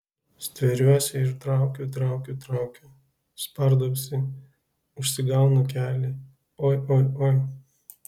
stveriuosi ir traukiu traukiu traukiu spardausi užsigaunu kelį oi oi oi